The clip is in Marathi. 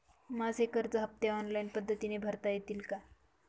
माझे कर्ज हफ्ते ऑनलाईन पद्धतीने भरता येतील का?